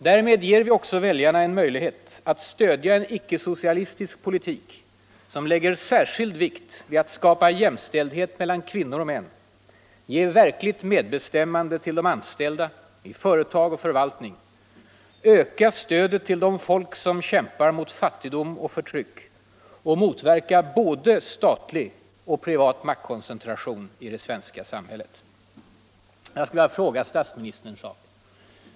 Därmed ger vi också väljarna en möjlighet att stödja en icke-socialistisk politik som lägger särskild vikt vid att skapa jämställdhet mellan kvinnor och män, ger verkligt medbestämmande till de anställda i företag och förvaltning, ökar stödet till de folk som kämpar mot fattigdom och för tryck och motverkar både statlig och privat maktkoncentration i det svenska samhället. Jag skulle vilja fråga statsministern en sak.